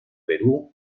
perú